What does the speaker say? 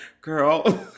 girl